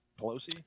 Pelosi